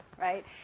right